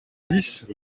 dix